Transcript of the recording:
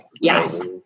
Yes